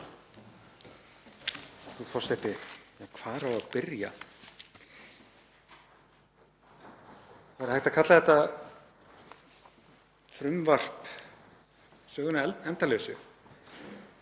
Frú forseti. Hvar á að byrja? Það er hægt að kalla þetta frumvarp söguna endalausu.